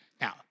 Now